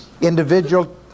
individual